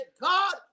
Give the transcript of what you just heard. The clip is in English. God